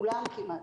כמעט כולם,